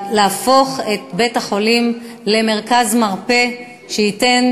להפוך את בית-החולים למרכז מרפא שייתן